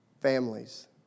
families